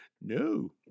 No